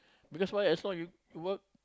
because why as long you you work